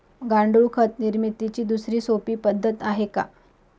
गांडूळ खत निर्मितीची दुसरी सोपी पद्धत आहे का?